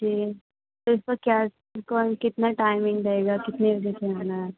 जी तो इसका क्या कौन कितना टाइमिंग रहेगा कितने बजे से आना है